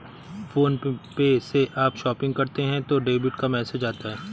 phone पे से आप शॉपिंग करते हो तो डेबिट का मैसेज आता है